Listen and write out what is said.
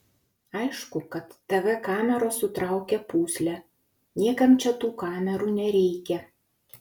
aišku kad tv kameros sutraukia pūslę niekam čia tų kamerų nereikia